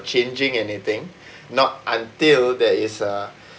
changing anything not until there is a